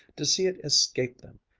to see it escape them,